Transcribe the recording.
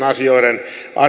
asioiden